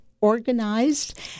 organized